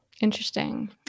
Interesting